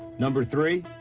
number three.